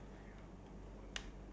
normal picture ya